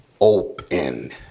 open